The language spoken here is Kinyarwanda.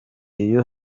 iyo